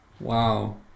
wow